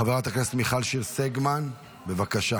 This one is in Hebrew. חברת הכנסת מיכל שיר סגמן, בבקשה.